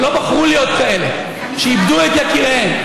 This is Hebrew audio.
שלא בחרו להיות כאלה, שאיבדו את יקיריהן,